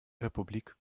republik